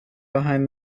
behind